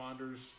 responders